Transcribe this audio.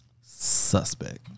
Suspect